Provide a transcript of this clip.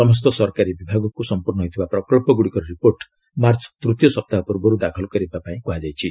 ସମସ୍ତ ସରକାରୀ ବିଭାଗକୁ ସମ୍ପୂର୍ଣ୍ଣ ହୋଇଥିବା ପ୍ରକଚ୍ଚଗୁଡ଼ିକର ରିପୋର୍ଟ ମାର୍ଚ୍ଚ ତୃତୀୟ ସପ୍ତାହ ପୂର୍ବରୁ ଦାଖଲ କରିବା ପାଇଁ କୁହାଯାଇଛି